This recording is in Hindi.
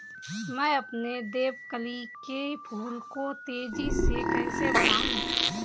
मैं अपने देवकली के फूल को तेजी से कैसे बढाऊं?